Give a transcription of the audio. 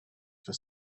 for